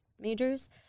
majors